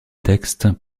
textes